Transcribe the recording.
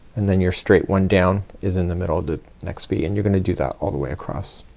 and then your straight one down is in the middle of the next v and you're gonna do that all the way across.